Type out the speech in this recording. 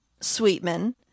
sweetman